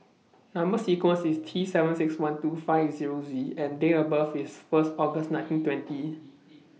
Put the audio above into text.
Number sequence IS T seven six one two five eight Zero Z and Date of birth IS First August nineteen twenty